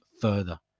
further